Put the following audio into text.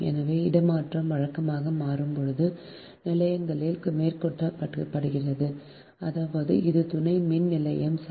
எனவே இடமாற்றம் வழக்கமாக மாறும்போது நிலையங்களில் மேற்கொள்ளப்படுகிறது அதாவது அதன் துணை மின் நிலையம் சரி